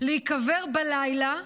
להיקבר בלילה,